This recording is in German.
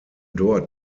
dort